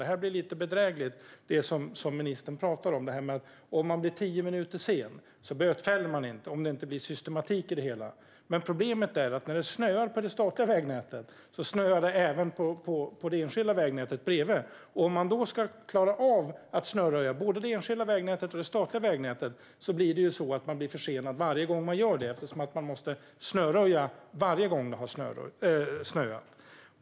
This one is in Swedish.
Det blir lite bedrägligt när ministern talar om att man inte bötfäller tio minuters försening om det inte blir systematik i det hela. Men problemet är att när det snöar på det statliga vägnätet snöar det även på det enskilda vägnätet bredvid, och om man då ska klara av att snöröja både det enskilda vägnätet och det statliga vägnätet blir man försenad varje gång man gör det eftersom man måste snöröja varje gång det har snöat.